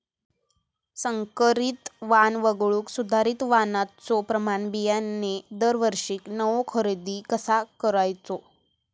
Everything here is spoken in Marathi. संकरित वाण वगळुक सुधारित वाणाचो प्रमाण बियाणे दरवर्षीक नवो खरेदी कसा करायचो?